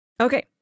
Okay